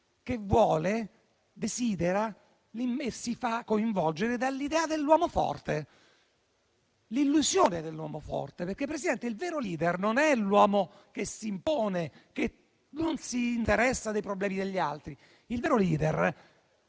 che vuole, desidera e si fa coinvolgere dall'idea dell'uomo forte, dall'illusione dell'uomo forte. Ma il vero *leader* non è l'uomo che si impone e che non si interessa dei problemi degli altri: il vero *leader*